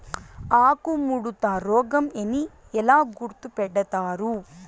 ఆకుముడత రోగం అని ఎలా గుర్తుపడతారు?